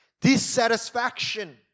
Dissatisfaction